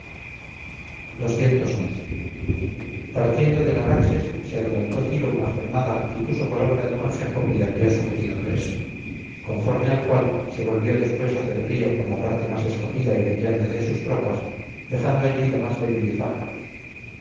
partiendo del araxes se adelantó ciro una jornada y puso por obra el consejo que le había sugerido creso conforme al cual se volvió después hacia el río con la parte más escogida y brillante de sus tropas dejando allí la más débil y flaca